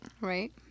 Right